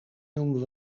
noemen